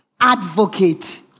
advocate